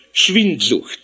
Schwindsucht